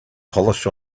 polish